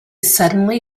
suddenly